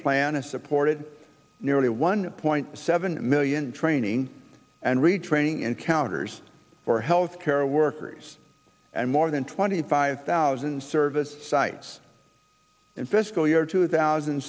plan is supported nearly one point seven million training and retraining encounters for health care workers and more than twenty five thousand service sites in fiscal year two thousand